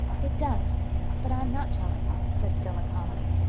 it does but i am not jealous, said stella calmly.